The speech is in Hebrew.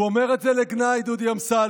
הוא אומר את זה לגנאי, דודי אמסלם.